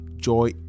joy